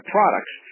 products